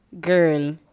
Girl